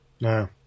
No